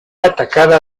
atacada